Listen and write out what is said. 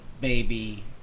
baby